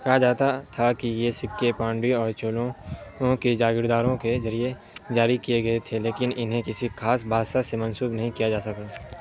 کہا جاتا تھا کی یہ سکے پانڈیوں اور چولوں کے جاگیرداروں کے ذریعے جاری کیے گئے تھے لیکن انہیں کسی خاص بادشاہ سے منسوب نہیں کیا جا سکا